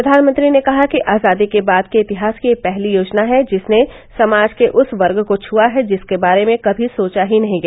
प्रधानमंत्री ने कहा कि आजादी के बाद के इतिहास की यह पहली योजना है जिसने समाज के उस वर्ग को छुआ है जिसके बारे में कभी सोचा ही नहीं गया